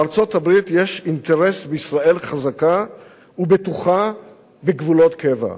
לארצות-הברית יש אינטרס בישראל חזקה ובטוחה בגבולות קבע.